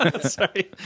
Sorry